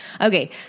Okay